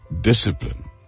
Discipline